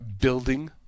building